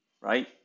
right